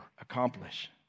accomplish